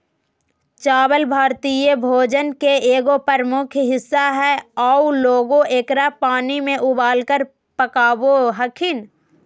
चावल भारतीय भोजन के एगो प्रमुख हिस्सा हइ आऊ लोग एकरा पानी में उबालकर पकाबो हखिन